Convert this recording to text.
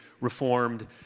Reformed